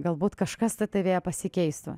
galbūt kažkas tai tavyje pasikeistų